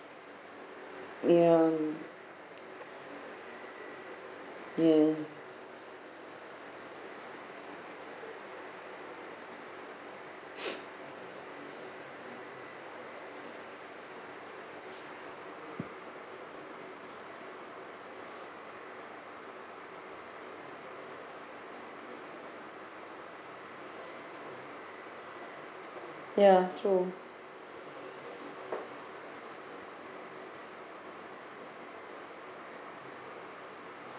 ya yes ya true